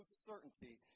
certainty